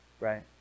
Right